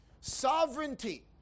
Sovereignty